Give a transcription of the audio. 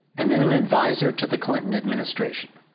and then an advisor to the clinton administration.